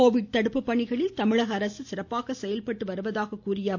Covid தடுப்பு பணிகளில் தமிழக அரசு சிறப்பாக செயல்பட்டு வருவதாக குறிப்பிட்டார்